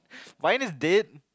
vine is dead